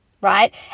right